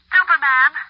Superman